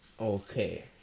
Okay